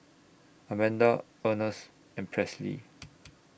Amanda Ernest and Presley